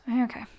Okay